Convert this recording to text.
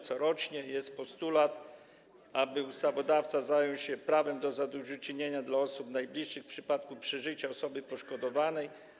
Corocznie jest postulat, aby ustawodawca zajął się prawem do zadośćuczynienia dla osób najbliższych w przypadku przeżycia osoby poszkodowanej.